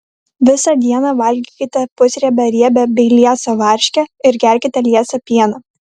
visą dieną valgykite pusriebę riebią bei liesą varškę ir gerkite liesą pieną